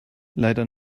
leider